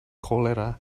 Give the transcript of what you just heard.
cholera